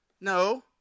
No